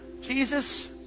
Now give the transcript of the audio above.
Jesus